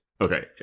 Okay